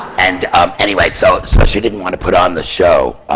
and anyway, so she didn't want to put on the show.